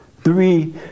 Three